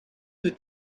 the